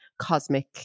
cosmic